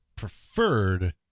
preferred